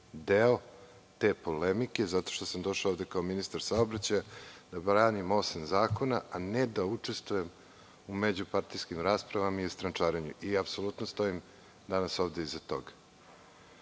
deo te polemike, zato što sam došao ovde, kao ministar saobraćaja da branim osam zakona, a ne da učestvujem u međupartijskim raspravama i strančarenju, i apsolutno danas stojim ovde iza toga. Ako